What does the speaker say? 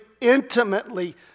intimately